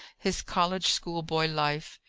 his college schoolboy life.